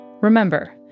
Remember